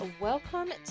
welcome